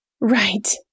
Right